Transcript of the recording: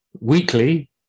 weekly